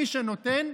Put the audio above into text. מי שנותן,